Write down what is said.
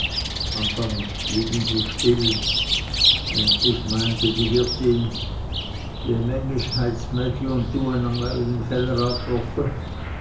anfangs schwiegen sie still endlich meinte die wirtin wie mengisch hei ds mädi u du